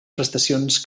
prestacions